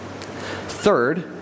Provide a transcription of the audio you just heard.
Third